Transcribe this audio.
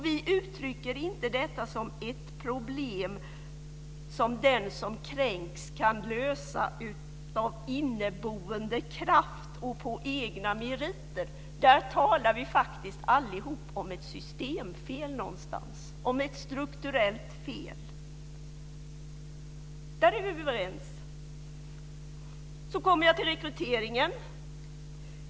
Vi uttrycker inte detta som ett problem som den som kränks kan lösa "av inneboende kraft" och "på egna meriter". Där talar vi faktiskt allihop om ett systemfel någonstans, om ett strukturellt fel. Där är vi överens. Så kommer jag till rekryteringen.